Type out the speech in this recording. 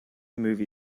movie